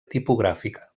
tipogràfica